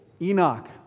Enoch